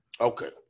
Okay